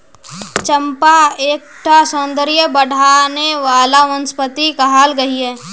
चंपा एक टा सौंदर्य बढाने वाला वनस्पति कहाल गहिये